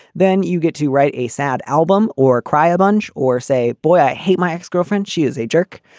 then you get to write a sad album or cry a bunch or say, boy, i hate my ex girlfriend. she is a jerk.